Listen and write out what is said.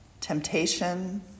temptation